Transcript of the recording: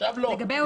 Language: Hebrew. עכשיו לא.